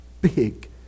big